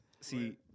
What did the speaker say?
see